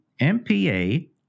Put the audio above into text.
MPA